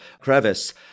crevice